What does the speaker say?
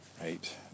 right